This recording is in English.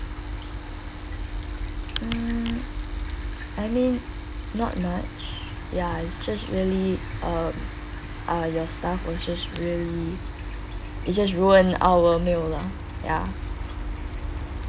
mm I mean not much ya it's just really um ah your staff was just really he just ruined our meal lah ya